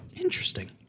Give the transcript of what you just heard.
Interesting